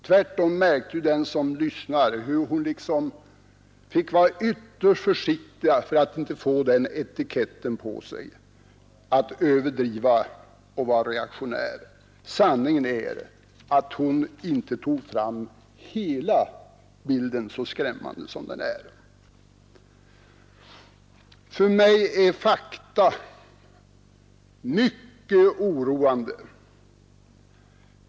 Tvärtom märkte ju den som lyssnade att hon liksom fick vara ytterst försiktig för att inte få den etiketten på sig att överdriva och vara reaktionär. Sanningen är att hon inte återgav hela bilden så skrämmande som den är. För mig är fakta mycket oroande.